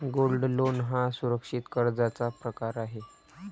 gold loan हा सुरक्षित कर्जाचा प्रकार आहे